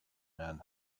man